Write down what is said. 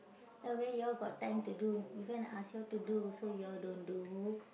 ah where you all got time to do even if ask you all to do also you all don't do